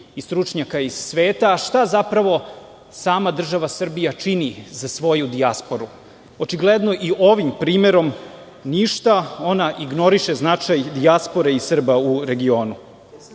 i stručnjaka iz sveta, a šta zapravo sama država Srbija čini za svoju dijasporu. Očigledno i ovim primerom ništa, ona ignoriše značaj dijaspore i Srba u regionu. Tačno